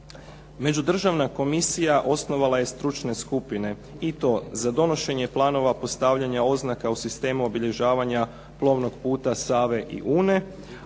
Međudržavna komisija osnovala je stručne skupine i to za donošenje planova postavljanja oznaka u sistemu obilježavanja plovnog puta Save i Une,